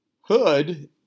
Hood